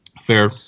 Fair